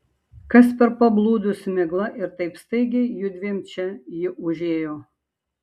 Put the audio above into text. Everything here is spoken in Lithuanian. kas per pablūdusi migla ir taip staigiai judviem čia ji užėjo